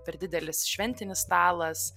per didelis šventinis stalas